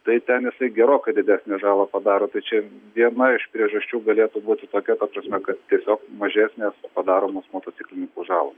tai ten jisai gerokai didesnę žalą padaro tai čia viena iš priežasčių galėtų būti tokia ta prasme kad tiesiog mažesnės padaromos motociklininkų žalos